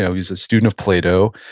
yeah he was a student of plato,